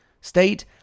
State